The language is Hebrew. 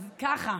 אז ככה,